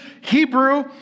Hebrew